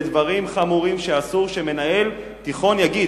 אלה דברים חמורים שאסור שמנהל תיכון יגיד.